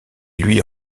lui